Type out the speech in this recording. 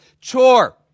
chore